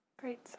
Great